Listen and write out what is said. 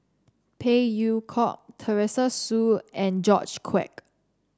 Phey Yew Kok Teresa Hsu and George Quek